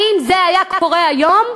האם זה היה קורה היום?